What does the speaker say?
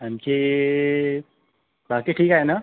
आणखी बाकी ठीक आहे ना